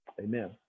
Amen